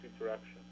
interaction